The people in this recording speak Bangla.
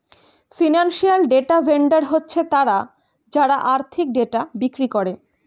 ফিনান্সিয়াল ডেটা ভেন্ডর হচ্ছে তারা যারা আর্থিক ডেটা বিক্রি করে